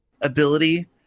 ability